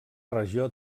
regió